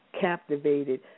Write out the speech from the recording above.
Captivated